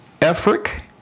Efric